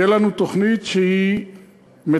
תהיה לנו תוכנית שמתכללת